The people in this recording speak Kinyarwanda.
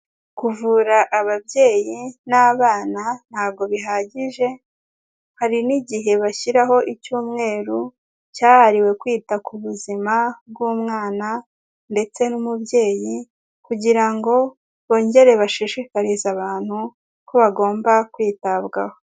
Kuvura ababyeyi n'abana ntabwo bihagije, hari n'igihe bashyiraho icyumweru cyahariwe kwita ku buzima bw'umwana ndetse n'umubyeyi kugira ngo bongere bashishikarize abantu ko bagomba kwitabwaho.